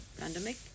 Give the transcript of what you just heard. pandemic